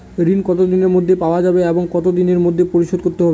ঋণ কতদিনের মধ্যে পাওয়া যাবে এবং কত দিনের মধ্যে পরিশোধ করতে হবে?